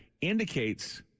indicates